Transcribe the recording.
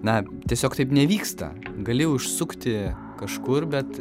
na tiesiog taip nevyksta gali užsukti kažkur bet